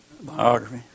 biography